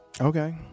okay